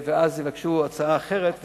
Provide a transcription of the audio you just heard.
ואז יבקשו הצעה אחרת,